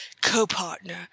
co-partner